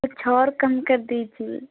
कुछ और कम कर दीजिए